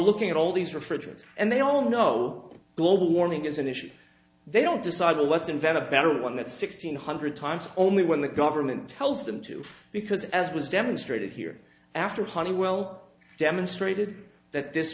looking at all these refrigerants and they all know global warming is an issue they don't decide to let's invent a better one that's sixteen hundred times only when the government tells them to because as was demonstrated here after honeywell demonstrated that this